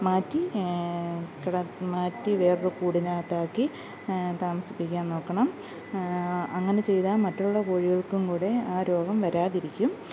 മാറ്റി കിട മാറ്റി വേറൊരു കൂടിനകത്താക്കി താമസിപ്പിക്കാന് നോക്കണം അങ്ങനെ ചെയ്താൽ മറ്റുള്ള കോഴികള്ക്കും കൂടെ ആ രോഗം വരാതിരിക്കും